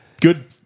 good